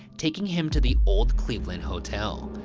taking him to the old cleveland hotel.